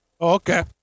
Okay